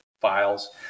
files